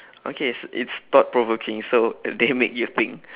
okay it's it's thought provoking so they make you think